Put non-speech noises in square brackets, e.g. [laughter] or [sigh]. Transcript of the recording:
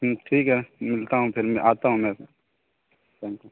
ہوں ٹھیک ہے ملتا ہوں پھر میں آتا ہوں میں [unintelligible]